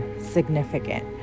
significant